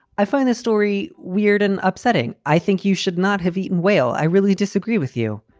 i find this story weird and upsetting. i think you should not have eaten whale. i really disagree with you.